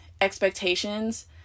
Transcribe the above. expectations